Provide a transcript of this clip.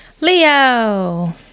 Leo